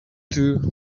two